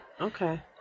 Okay